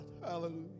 Hallelujah